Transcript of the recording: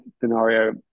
scenario